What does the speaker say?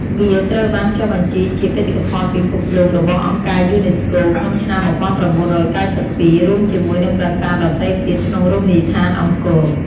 វាត្រូវបានចុះបញ្ជីជា បេតិកភណ្ឌពិភពលោក របស់អង្គការយូណេស្កូក្នុងឆ្នាំ ១៩៩២ រួមជាមួយនឹងប្រាសាទដទៃទៀតក្នុងរមណីយដ្ឋានអង្គរ។